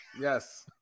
Yes